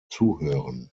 zuhören